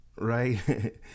Right